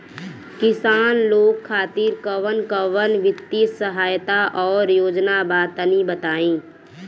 किसान लोग खातिर कवन कवन वित्तीय सहायता और योजना बा तनि बताई?